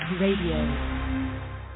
Radio